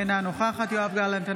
אינה נוכחת יואב גלנט,